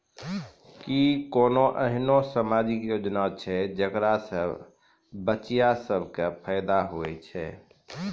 कि कोनो एहनो समाजिक योजना छै जेकरा से बचिया सभ के फायदा होय छै?